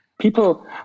people